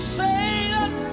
satan